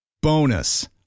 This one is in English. Bonus